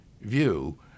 view